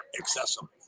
accessible